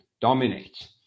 dominate